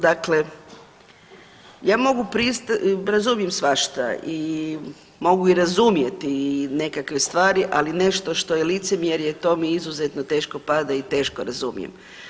Dakle, ja mogu, razumijem svašta i mogu i razumjeti nekakve stvari, ali nešto što je licemjerje to mi izuzetno teško pada i teško razumijem.